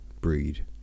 breed